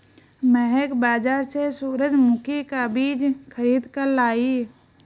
महक बाजार से सूरजमुखी का बीज खरीद कर लाई